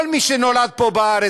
כל מי שנולד פה בארץ,